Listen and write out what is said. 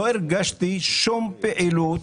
לא הרגשתי שום פעילות